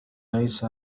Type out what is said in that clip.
ليس